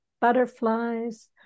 butterflies